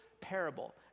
parable